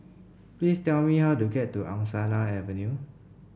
please tell me how to get to Angsana Avenue